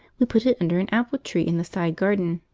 we put it under an apple-tree in the side garden,